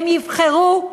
הם יבחרו,